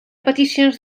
peticions